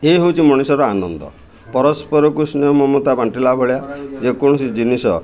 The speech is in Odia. ଏଇ ହେଉଛି ମଣିଷର ଆନନ୍ଦ ପରସ୍ପରକୁ ସ୍ନେହ ମମତା ବାଣ୍ଟିଲା ଭଳିଆ ଯେକୌଣସି ଜିନିଷ